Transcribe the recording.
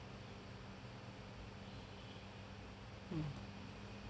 mm